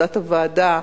בעבודת הוועדה,